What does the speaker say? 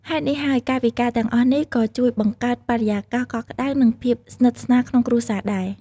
ហេតុនេះហើយ កាយវិការទាំងអស់នេះក៏ជួយបង្កើតបរិយាកាសកក់ក្ដៅ និងភាពស្និទ្ធស្នាលក្នុងគ្រួសារដែរ។